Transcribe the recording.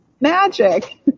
magic